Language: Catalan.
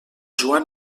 joan